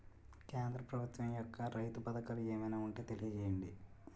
కేంద్ర ప్రభుత్వం యెక్క రైతు పథకాలు ఏమైనా ఉంటే తెలియజేయండి?